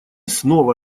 снова